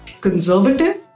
conservative